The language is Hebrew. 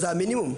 זה המינימום.